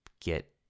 get